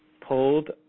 pulled